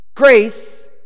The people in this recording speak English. Grace